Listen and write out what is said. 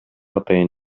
атайын